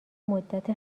مدت